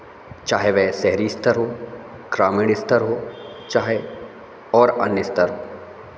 चाहे वह शहरी स्थर हो ग्रामीण स्तर हो चाहे और अन्य स्तर